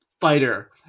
fighter